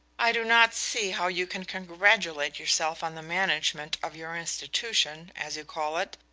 i do not see how you can congratulate yourself on the management of your institution, as you call it,